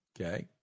Okay